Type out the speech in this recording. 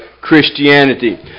Christianity